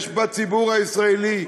יש בציבור הישראלי,